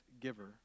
giver